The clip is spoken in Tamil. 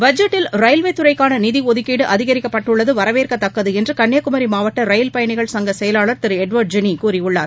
பட்ஜெட்டில் ரயில்வே துறைக்கான நிதி ஒதுக்கீடு அதிகரிக்கப்பட்டுள்ளது வரவேற்கத்தக்கது என்று கன்னியாகுமரி மாவட்ட ரயில் பயணிகள் சங்க செயலாளர் திரு எட்வா்ட் ஜெனி கூறியுள்ளார்